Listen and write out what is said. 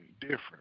different